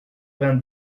vingt